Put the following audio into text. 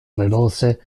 veloce